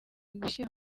gushyira